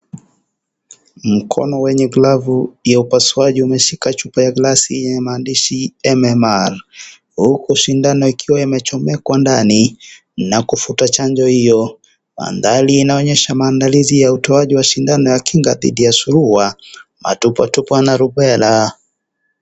Mkono wenye glavu ya upasuaji umeshika chupa ya glasi yenye maandishi MMR.Huku sindano ikiwa imechomekwa ndani na kuvuta chanjo hiyo, Madhari inaonyesha utoaji wa sindano ya kinga dhiti ya surua ,matumbwitumbwi na rubella.